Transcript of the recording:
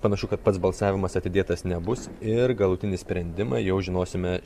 panašu kad pats balsavimas atidėtas nebus ir galutinį sprendimą jau žinosime